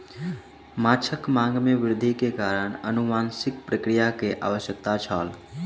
माँछक मांग में वृद्धि के कारण अनुवांशिक प्रक्रिया के आवश्यकता छल